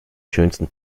schönsten